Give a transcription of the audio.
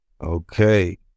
Okay